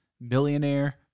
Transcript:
millionaire